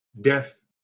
death